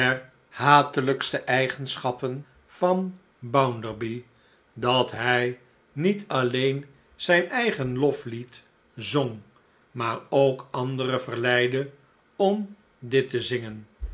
eenderhatelijkste eigenschappen van bounderby dat hij niet alleen zijn eigen loflied zong maar ook anderen verleidde om dit te zingen